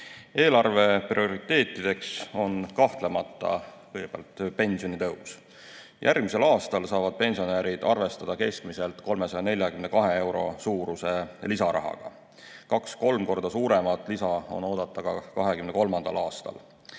Eelarve prioriteet on kahtlemata kõigepealt pensionitõus. Järgmisel aastal saavad pensionärid arvestada keskmiselt 342 euro suuruse lisarahaga, kaks-kolm korda suuremat lisa on oodata 2023. aastal.